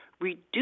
reduce